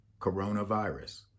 coronavirus